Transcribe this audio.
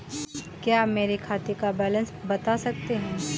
क्या आप मेरे खाते का बैलेंस बता सकते हैं?